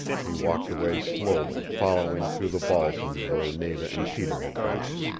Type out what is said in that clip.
he walked away slowly, following through the balsams where nada and peter had gone.